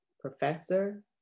professor